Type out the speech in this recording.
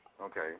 Okay